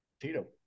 Tito